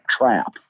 trap